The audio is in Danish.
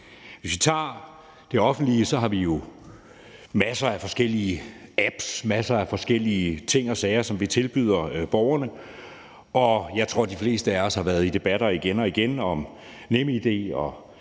Hvis vi tager det offentlige, har vi jo masser af forskellige apps, masser af forskellige ting og sager, som vi tilbyder borgerne, og jeg tror, at de fleste af os igen og igen har været